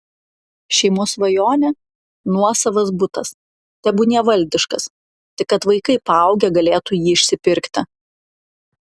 šeimos svajonė nuosavas butas tebūnie valdiškas tik kad vaikai paaugę galėtų jį išsipirkti